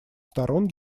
сторон